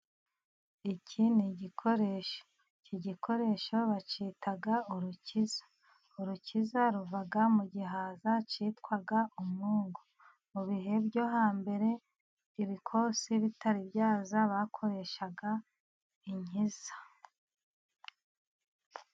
Iki ni igikoresho, ikk gikoresho bita urukiza. Urukiza ruva mu gihaza cyitwa umungu, mu bihe byo hambere ibikose bitari byaza bakoreshaga inkiza.